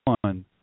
one